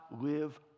live